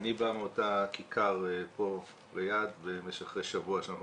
אני בא מאותה כיכר פה ליד במשך שבוע שאנחנו